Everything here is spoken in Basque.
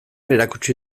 erakutsi